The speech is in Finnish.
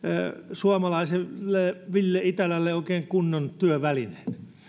suomalaiselle ville itälälle oikein kunnon työvälineet